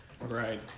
Right